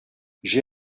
j’ai